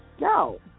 No